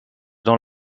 dans